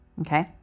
okay